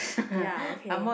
ya okay